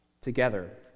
together